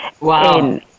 Wow